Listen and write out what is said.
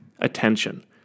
attention